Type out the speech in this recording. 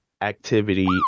activity